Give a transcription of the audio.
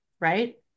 right